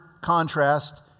contrast